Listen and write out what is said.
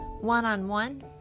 one-on-one